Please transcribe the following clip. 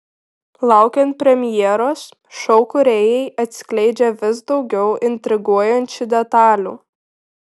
laukiant premjeros šou kūrėjai atskleidžia vis daugiau intriguojančių detalių